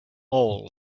all